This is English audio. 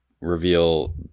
reveal